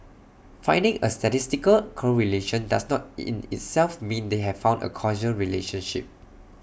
finding A statistical correlation does not in itself mean they have found A causal relationship